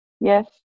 Yes